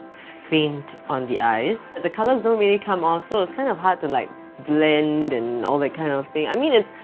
faint on the eyes. the colours don't really come off so it's kind of hard to like, to blend and all that kind of thing. i mean it's.